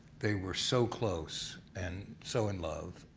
they were so close and so in love,